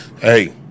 Hey